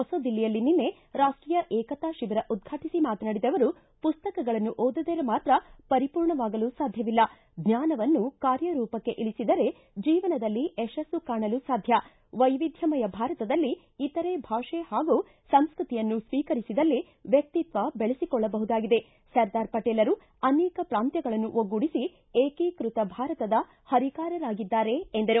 ಹೊಸ ದಿಲ್ಲಿಯಲ್ಲಿ ನಿನ್ನೆ ರಾಷ್ಟೀಯ ಏಕತಾ ಶಿಬಿರ ಉದ್ಘಾಟಿಸಿ ಮಾತನಾಡಿದ ಅವರು ಪುಸ್ತಕಗಳನ್ನು ಓದಿದರೆ ಮಾತ್ರ ಪರಿಪೂರ್ಣವಾಗಲು ಸಾಧ್ಯವಿಲ್ಲ ಜ್ವಾನವನ್ನು ಕಾರ್ಯರೂಪಕ್ಕೆ ಇಳಿಸಿದರೆ ಜೀವನದಲ್ಲಿ ಯಶಸ್ಸು ಕಾಣಲು ಸಾಧ್ಯ ವೈವಿಧ್ಯಮಯ ಭಾರತದಲ್ಲಿ ಇತರೆ ಭಾಷೆ ಹಾಗೂ ಸಂಸ್ಕೃತಿಯನ್ನು ಸ್ವೀಕರಿಸಿದಲ್ಲಿ ವ್ಯಕ್ತಿತ್ವ ಬೆಳೆಸಿಕೊಳ್ಳಬಹುದಾಗಿದೆ ಸರ್ದಾರ್ ಪಟೇಲ್ರು ಅನೇಕ ಪ್ರಾಂತ್ಯಗಳನ್ನು ಒಗ್ಗೂಡಿಸಿ ಏಕೀಕೃತ ಭಾರತದ ಪರಿಕಾರರಾಗಿದ್ದಾರೆ ಎಂದರು